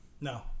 No